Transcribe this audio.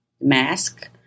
mask